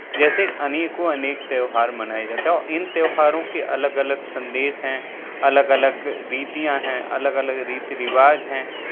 जैसे अनेकों अनेक त्यौहार मनाए जाता है और इन त्यौहारों के अलग अलग संदेश हैं अलग अलग रीतियां है अलग अलग रीति रिवाज हैं